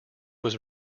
was